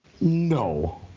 No